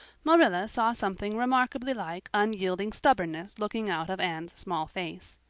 marilla saw something remarkably like unyielding stubbornness looking out of anne's small face.